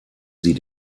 sie